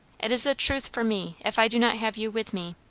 it is the truth for me, if i do not have you with me.